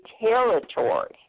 territory